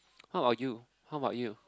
how about you how about you